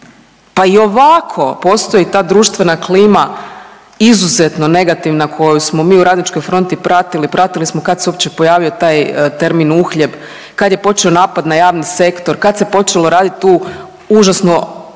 Pa i ovako postoji ta društvena klima izuzetno negativna koju smo mi u Radničkoj fronti pratili, pratili smo kad se uopće pojavio taj termin uhljeb, kad je počeo napad na javni sektor, kad se počelo raditi tu užasno